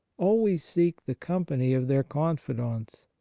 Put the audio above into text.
always seek the company of their confidants.